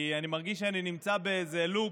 כי אני מרגיש שאני נמצא באיזה לופ